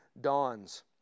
dawns